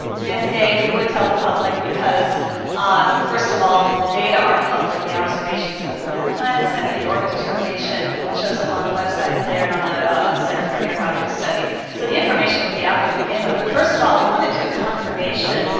yes gay, we would tell the public because first of all the data are public. the observations go to the minor planet center, the orbit determination shows up on the websites there, and on the ah center for near earth object studies. so the information would be out there to begin with, but first of all we'd want to a confirmation.